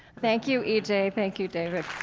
thank you, e j. thank you, david